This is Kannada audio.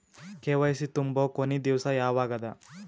ಕೆ.ವೈ.ಸಿ ತುಂಬೊ ಕೊನಿ ದಿವಸ ಯಾವಗದ?